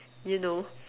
you know